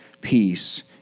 peace